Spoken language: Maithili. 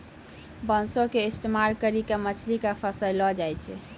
बांसो के इस्तेमाल करि के मछली के फसैलो जाय छै